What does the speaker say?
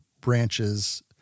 branches